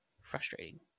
Frustrating